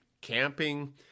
camping